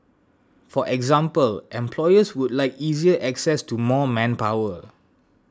for example employers would like easier access to more manpower